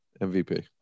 MVP